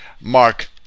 Mark